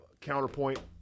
counterpoint